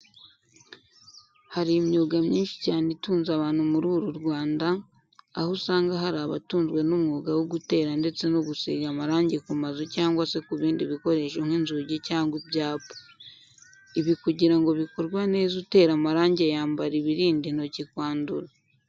Hari imyuga myinshi cyane itunze abantu muri uru Rwanda, aho usanga hari abatunzwe n'umwuga wo gutera ndetse no gusiga amarangi ku mazu cyangwa se ku bindi bikoresho nk'inzujyi cyangwa ibyapa. Ibi kugira ngo bikorwe neza utera amarangi yambara ibirinda intoki kwandura.